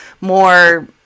more